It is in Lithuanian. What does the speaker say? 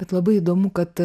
bet labai įdomu kad